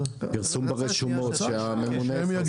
פרסום ברשומות, שהממונה יפרסם ברשומות.